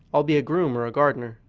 i'll be a groom or a gardener.